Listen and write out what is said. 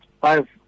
five